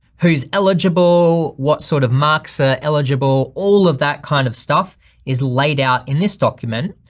who's eligible, what sort of marks are eligible, all of that kind of stuff is laid out in this document,